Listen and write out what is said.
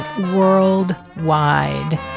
worldwide